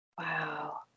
Wow